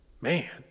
Man